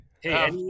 Hey